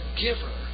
giver